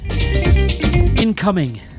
Incoming